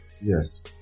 Yes